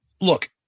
Look